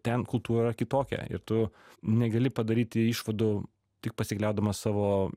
ten kultūra kitokia ir tu negali padaryti išvadų tik pasikliaudamas savo